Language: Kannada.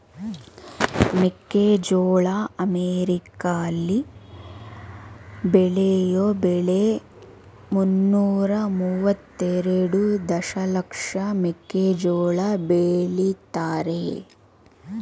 ಮೆಕ್ಕೆಜೋಳ ಅಮೆರಿಕಾಲಿ ಬೆಳೆಯೋ ಬೆಳೆ ಮುನ್ನೂರ ಮುವತ್ತೆರೆಡು ದಶಲಕ್ಷ ಮೆಕ್ಕೆಜೋಳ ಬೆಳಿತಾರೆ